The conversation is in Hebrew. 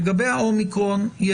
לגבי ה-אומיקרון,